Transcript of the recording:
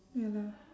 ya lah